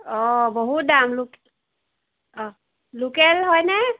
অঁ বহুত দাম অঁ লোকেল হয়নে